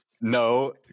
No